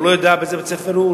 הוא לא יודע באיזה בית-ספר הוא,